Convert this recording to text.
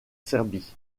serbie